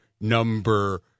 number